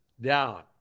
down